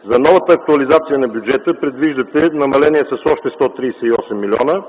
За новата актуализация на бюджета предвиждате намаление с още 138 млн. лв.